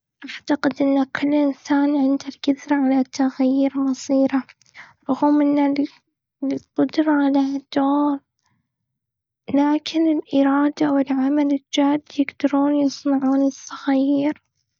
أعتقد أن كل إنسان عنده القدرة على تغيير مصيره، رغم إن القدرة على لكن الإرادة والعمل الجاد يقدرون يصنعون التغيير.